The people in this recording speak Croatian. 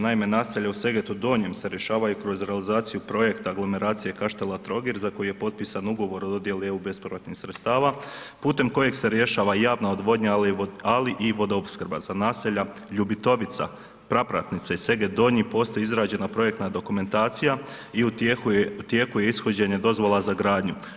Naime, naselja u Segetu Donjem se rješavaju kroz realizaciju projekta aglomeracije Kaštela – Trogir za koji je potpisan ugovor o dodjeli EU bespovratnih sredstava putem kojeg se rješava i javna odvodnja ali i vodoopskrba za naselja Ljubitovica, Prapratnica i Seget Donji postoji izrađena projekta dokumentacija i u tijeku je ishođenje dozvola za gradnju.